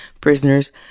prisoners